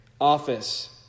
office